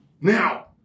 Now